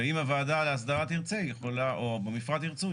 ואם הוועדה להסדרה תרצה או במפרט ירצו,